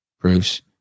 Bruce